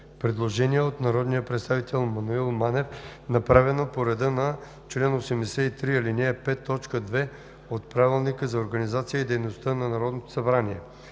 Предложение на народния представител Менда Стоянова, направено по реда на чл. 83, ал. 5, т. 2 от Правилника за организацията и дейността на Народното събрание.